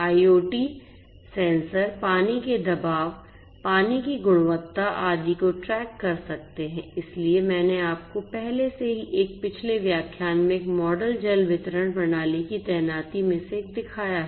IoT sensor पानी के दबाव पानी की गुणवत्ता आदि को ट्रैक कर सकते हैं इसलिए मैंने आपको पहले ही एक पिछले व्याख्यान में एक मॉडल जल वितरण प्रणाली की तैनाती में से एक दिखाया है